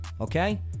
okay